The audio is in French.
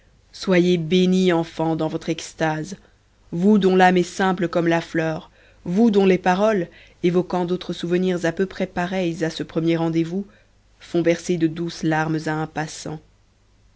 soyez bénis enfants dans votre extase vous dont l'âme est simple comme la fleur vous dont les paroles évoquant d'autres souvenirs à peu près pareils à ce premier rendez-vous font verser de douces larmes à un passant